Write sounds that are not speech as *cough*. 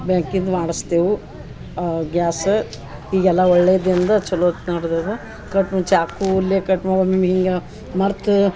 ಬ್ಯಾಂಕಿಂದ್ ಮಾಡಸ್ತೆವು ಗ್ಯಾಸ ಈಗೆಲ್ಲ ಒಳ್ಳೆದಿಂದ ಚಲೋತ್ ನಡ್ದದ ಕಟ್ ಮು ಚಾಕೂಲ್ಲೆ ಕಟ್ *unintelligible* ಒಮ್ಮೊಮ್ಮೆ ಹಿಂಗ ಮರ್ತ್